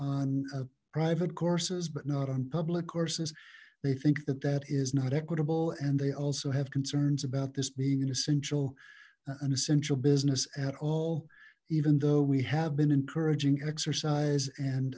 private courses but not on public courses they think that that is not equitable and they also have concerns about this being an essential an essential business at all even though we have been encouraging exercise and